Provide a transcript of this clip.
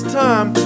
time